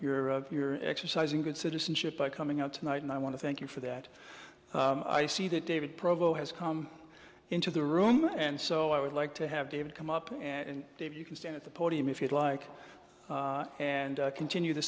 europe you're exercising good citizenship by coming out tonight and i want to thank you for that i see that david provo has come into the room and so i would like to have david come up and if you can stand at the podium if you'd like and continue the